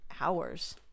hours